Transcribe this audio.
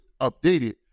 updated